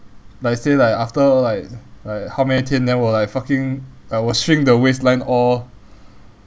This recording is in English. like say like after like like how many tin then will fucking like will shrink the waist line all